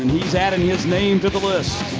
he's adding his name to the list.